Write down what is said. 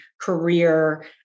career